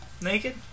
naked